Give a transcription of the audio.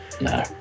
No